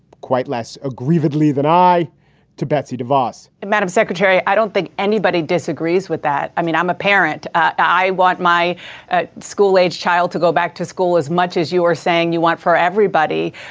quite less ah grievously than i to betsy davos and madam secretary, i don't think anybody disagrees with that. i mean, i'm a parent. i want my school age child to go back to school as much as you are saying you want for everybody.